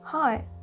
Hi